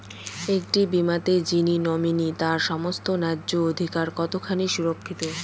একটি বীমাতে যিনি নমিনি তার সমস্ত ন্যায্য অধিকার কতখানি সুরক্ষিত?